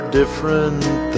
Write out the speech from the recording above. different